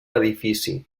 edifici